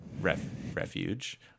refuge